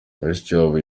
mushikiwabo